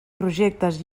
projectes